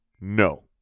no